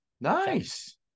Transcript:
nice